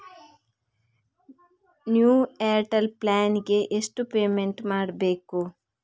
New Airtel plan ಗೆ ಎಷ್ಟು payment ಮಾಡ್ಬೇಕು?